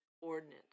ordinance